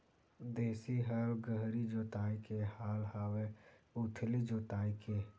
देशी हल गहरी जोताई के हल आवे के उथली जोताई के?